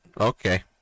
Okay